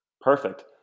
Perfect